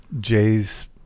Jay's